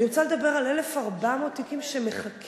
אני רוצה לדבר על 1,400 תיקים שמחכים,